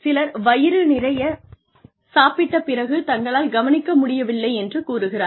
சிலர் வயிறு நிறைய சாப்பிட்ட பிறகு தங்களால் கவனிக்க முடியவில்லை என்று கூறுகிறார்கள்